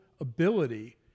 Ability